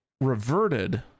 reverted